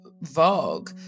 Vogue